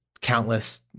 countless